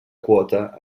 quota